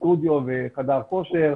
בסטודיו ובחדרי הכושר.